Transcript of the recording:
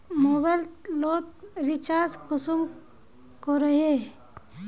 Mobile लोत recharge कुंसम करोही?